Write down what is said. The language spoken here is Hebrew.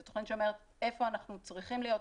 זה תוכנית שאומרת איפה אנחנו צריכים להיות,